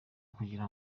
kugira